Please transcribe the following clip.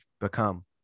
become